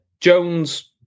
Jones